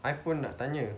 I pun nak tanya